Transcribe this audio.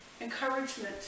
encouragement